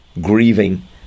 grieving